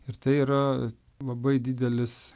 ir tai yra labai didelis